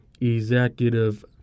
executive